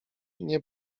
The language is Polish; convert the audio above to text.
nie